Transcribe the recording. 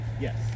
yes